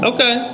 Okay